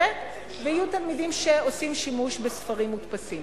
ותלמידים שעושים שימוש בספרים מודפסים.